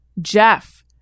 Jeff